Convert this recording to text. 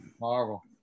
Marvel